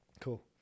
Cool